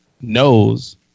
Knows